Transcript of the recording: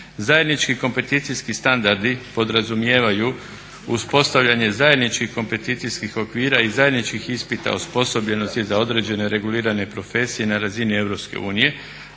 Zajednički kompeticijski standardi podrazumijevaju uspostavljanje zajedničkih kompeticijskih okvira i zajedničkih ispita osposobljenosti za određene regulirane profesije na razini EU